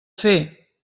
fer